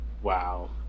Wow